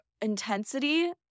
intensity